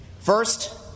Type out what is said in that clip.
First